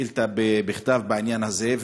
בשאילתה בכתב בעניין הזה.